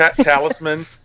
Talisman